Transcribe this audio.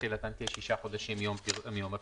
תחילתן תהיה שישה חודשים מיום הפרסום.